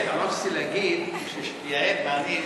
יעל ואני,